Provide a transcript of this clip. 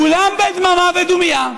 כולם בדממה ודומייה.